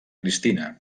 cristina